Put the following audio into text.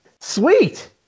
sweet